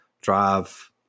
drive